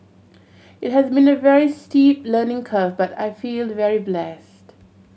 it has been a very steep learning curve but I feel very blessed